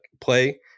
play